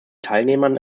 teilnehmern